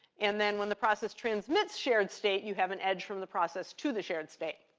and then when the process transmits shared state, you have an edge from the process to the shared state.